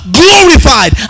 glorified